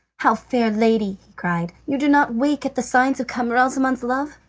how, fair lady! he cried, you do not wake at the signs of camaralzaman's love?